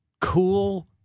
cool